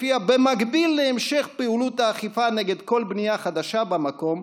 ולפיה במקביל להמשך פעולות האכיפה נגד כל בנייה חדשה במקום,